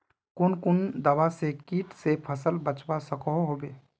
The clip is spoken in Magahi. कुन कुन दवा से किट से फसल बचवा सकोहो होबे?